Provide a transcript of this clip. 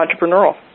entrepreneurial